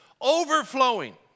Overflowing